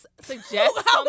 suggest